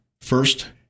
First